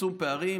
צמצום פערים,